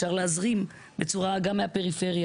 אפשר להזרים גם מהפריפריה.